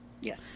Yes